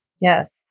Yes